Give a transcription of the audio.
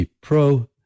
pro